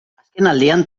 azkenaldian